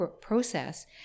process